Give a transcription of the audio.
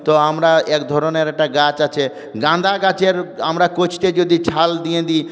তো আমরা একধরনের একটা গাছ আছে গাঁদা গাছের আমরা কোচটে যদি ছাল দিয়ে দিই